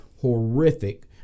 horrific